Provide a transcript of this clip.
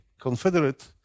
Confederate